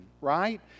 right